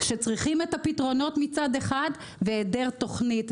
שצריכים את הפתרונות מצד אחד, ואין תכנית.